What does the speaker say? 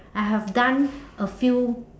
I have done a few